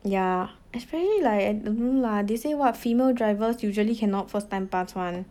yeah especially like I don't know lah they say what female drivers usually cannot first time pass [one]